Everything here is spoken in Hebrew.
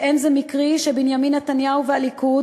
ואין זה מקרי שבנימין נתניהו והליכוד